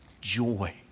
joy